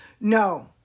No